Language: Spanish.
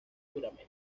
juramento